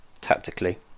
tactically